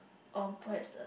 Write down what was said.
or perhaps a